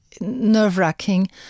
nerve-wracking